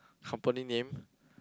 company name